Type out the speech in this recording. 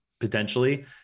Potentially